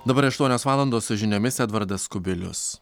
dabar aštuonios valandos su žiniomis edvardas kubilius